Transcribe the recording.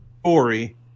story